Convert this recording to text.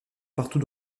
partout